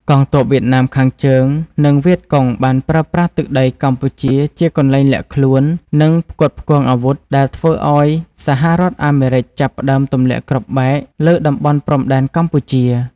កងទ័ពវៀតណាមខាងជើង និងវៀតកុងបានប្រើប្រាស់ទឹកដីកម្ពុជាជាកន្លែងលាក់ខ្លួន និងផ្គត់ផ្គង់អាវុធ ដែលធ្វើឱ្យសហរដ្ឋអាមេរិកចាប់ផ្តើមទម្លាក់គ្រាប់បែកលើតំបន់ព្រំដែនកម្ពុជា។